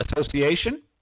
Association